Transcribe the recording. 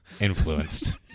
influenced